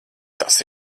tas